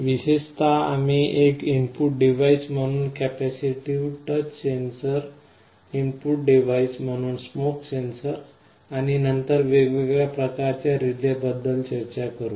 विशेषतः आम्ही एक इनपुट डिव्हाइस म्हणून capacitive touch sensor input device म्हणून स्मोक सेन्सर आणि नंतर वेगवेगळ्या प्रकारच्या रिलेबद्दल चर्चा करू